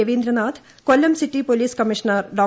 Ravindranath Kollam city police commissioner Dr